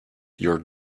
your